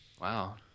Wow